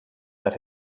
that